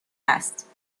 است